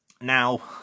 Now